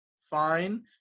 fine